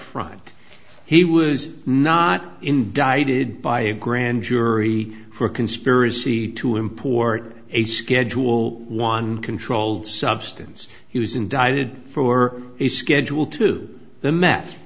front he was not indicted by a grand jury for conspiracy to import a schedule one controlled substance he was indicted for a schedule two the me